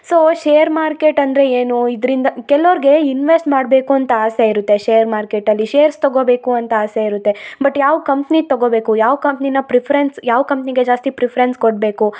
so share market ಅಂದರೆ ಏನು ಇದರಿಂದ ಕೆಲುರ್ಗೆ ಇನ್ವೆಸ್ಟ್ ಮಾಡಬೇಕು ಅಂತ ಆಸೆ ಇರುತ್ತೆ ಶೇರ್ ಮಾರ್ಕೆಟಲ್ಲಿ ಶೇರ್ಸ್ ತಗೊಬೇಕು ಅಂತ ಆಸೆ ಇರುತ್ತೆ ಬಟ್ ಯಾವ ಕಂಪ್ನಿ ತಗೊಬೇಕು ಯಾವ ಕಂಪ್ನಿನ ಪ್ರಿಫರೆನ್ಸ್ ಯಾವ ಕಂಪ್ನಿಗೆ ಜಾಸ್ತಿ ಪ್ರಿಫರೆನ್ಸ್ ಕೊಡಬೇಕು